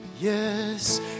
Yes